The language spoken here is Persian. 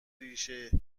ریشه